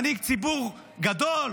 מנהיג ציבור גדול,